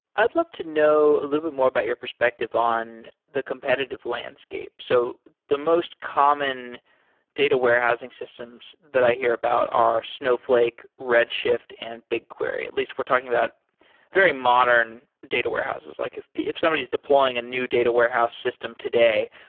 i'd love to know little more about your perspective on the competitive landscape. so the most common data warehousing systems that i hear about are snowflake, red shift and bigquery, at least if we're talking about very modern data warehouses. like if somebody is deploying a new data warehouse system today,